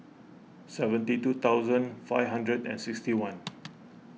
seventy two thousand five hundred and sixty one